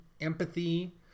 empathy